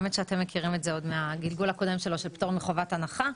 אתם מכירים את זה עוד מהגלגול הקודם שלו של פטור מחובת הנחה.